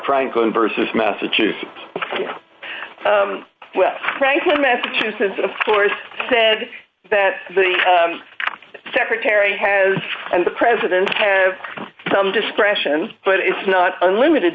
franklin versus massachusetts franklin massachusetts of course said that the secretary has and the presidents have some discretion but it's not unlimited